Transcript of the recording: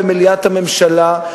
במליאת הממשלה.